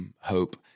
hope